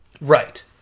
Right